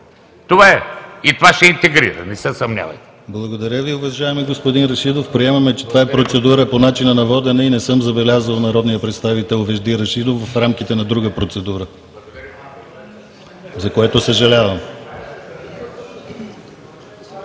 Това е. И това ще интегрира, не се съмнявайте.